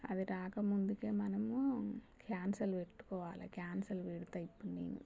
అది రాకముందుకే మనము క్యాన్సల్ పెట్టుకోవాలె క్యాన్సల్ పెడుతూ ఇప్పుడు నేను